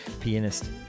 pianist